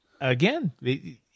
Again